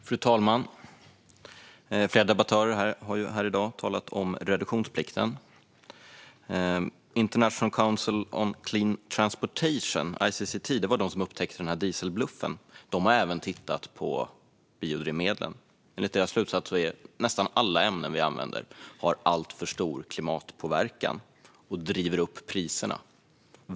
Fru talman! Flera debattörer har här i dag talat om reduktionsplikten. International Council on Clean Transportation, ICCT - som var de som upptäckte dieselbluffen - har även tittar på biodrivmedlen. Enligt deras slutsats har nästan alla ämnen vi använder alltför stor klimatpåverkan och driver upp priserna.